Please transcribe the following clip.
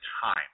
time